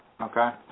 Okay